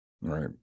right